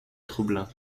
troublants